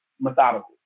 methodical